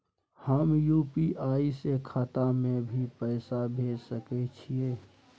हम यु.पी.आई से खाता में भी पैसा भेज सके छियै?